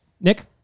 Nick